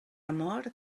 amor